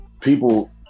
people